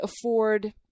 afford